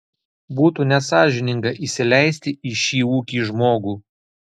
būtų nesąžininga įsileisti į šį ūkį žmogų